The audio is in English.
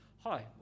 Hi